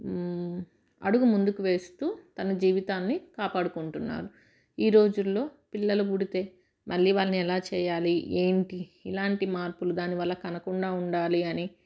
అడుగు ముందుకు వేస్తుతన జీవితాన్ని కాపాడుకుంటున్నారు ఈ రోజులలో పిల్లలు పుడితే మళ్ళీ వాళ్ళని ఎలా చేయాలి ఏంటి ఇలాంటి మార్పులు దాని వల్ల కనకుండా ఉండాలి అని